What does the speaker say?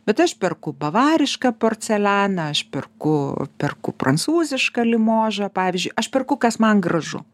bet aš perku bavarišką porcelianą aš perku perku perku prancūzišką limožą pavyzdžiui aš perku kas man gražu